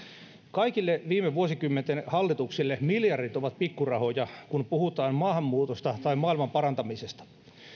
kaikille viime vuosikymmenten hallituksille miljardit ovat pikkurahoja kun puhutaan maahanmuutosta tai maailmanparantamisesta